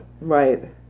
Right